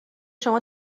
شما